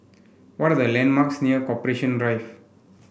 what are the landmarks near Corporation Drive